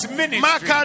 ministry